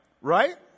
Right